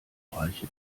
reiche